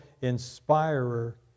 inspirer